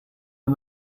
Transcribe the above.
and